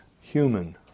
human